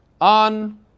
on